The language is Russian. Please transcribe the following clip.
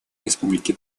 республики